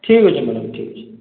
ଠିକ୍ ଅଛି ମ୍ୟାଡ଼ାମ୍ ଠିକ୍ ଅଛି